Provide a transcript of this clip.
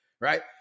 right